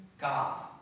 God